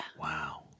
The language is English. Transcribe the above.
Wow